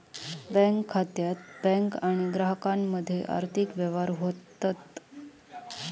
bank खात्यात bank आणि ग्राहकामध्ये आर्थिक व्यवहार होतत